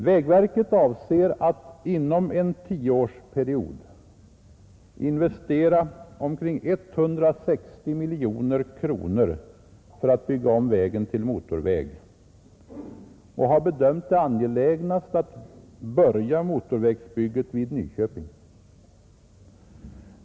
Vägverket avser att inom en tioårsperiod investera omkring 160 miljoner kronor för att bygga om vägen till motorväg och har bedömt det såsom mest angeläget att börja motorvägsbygget vid Nyköping.